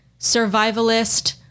survivalist